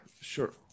sure